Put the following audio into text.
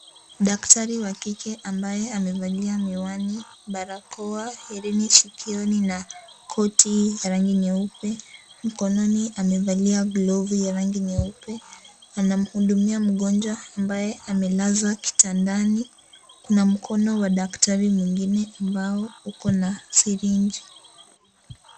Daktari ya kike ambaye amevalia miwani, barakoa, herini sikioni na koti ya rangi nyeupe, mkononi amevalia glovu ya rangi nyeupe, anamhudumia mgonjwa ambaye amelazwa kitandani, kuna mkononi daktari mwingine ambao uko na (CS) syringe (CS).